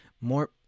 More